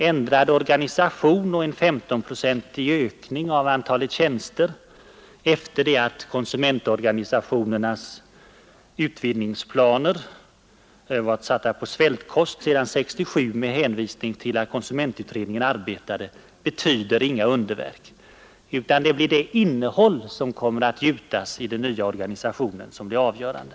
Ändrad organisation och en 15-procentig ökning av antalet tjänster — efter det att konsumentorganisationernas utvidgningsplaner varit satta på svältkost sedan 1967 med hänvisning till att konsumentutredningen arbetade — betyder inga underverk. Det är det innehåll som kommer att gjutas i den nya organisationen som blir avgörande.